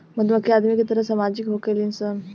मधुमक्खी आदमी के तरह सामाजिक होखेली सन